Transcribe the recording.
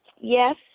yes